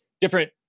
different